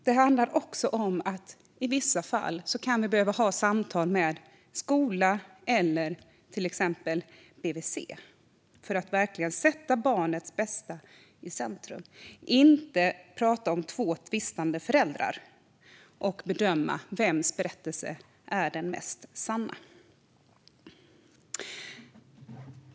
Det handlar också om att vi i vissa fall kan behöva ha samtal med skola eller till exempel BVC för att verkligen sätta barnets bästa i centrum i stället för att tala om två tvistande föräldrar och bedöma vems berättelse som är den mest sanna.